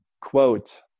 quote